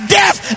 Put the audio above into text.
death